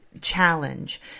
challenge